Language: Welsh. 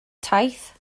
taith